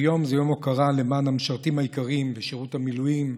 היום זה יום הוקרה למען המשרתים היקרים בשירות המילואים,